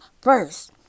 first